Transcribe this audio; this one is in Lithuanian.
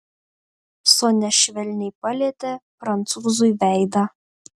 sonia švelniai palietė prancūzui veidą